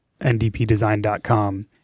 ndpdesign.com